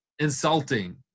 Insulting